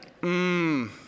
Mmm